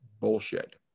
bullshit